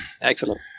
Excellent